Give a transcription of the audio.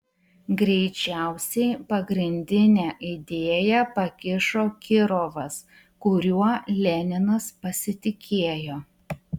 greičiausiai pagrindinę idėją pakišo kirovas kuriuo leninas pasitikėjo